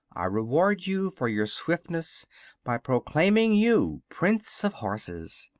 i reward you for your swiftness by proclaiming you prince of horses,